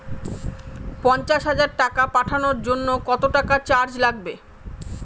পণ্চাশ হাজার টাকা পাঠানোর জন্য কত টাকা চার্জ লাগবে?